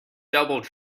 double